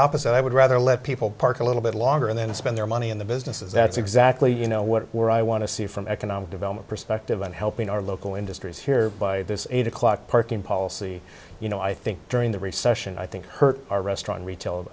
opposite i would rather let people park a little bit longer and then spend their money in the businesses that's exactly you know what we're i want to see from economic development perspective and helping our local industries here by this eight o'clock parking policy you know i think during the recession i think hurt our restaurant retail